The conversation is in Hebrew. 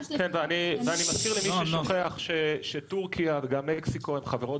ואני מזכיר למי ששוכח שטורקיה וגם מקסיקו הן חברות